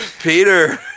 Peter